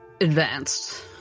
advanced